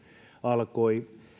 alkoi